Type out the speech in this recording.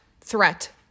threat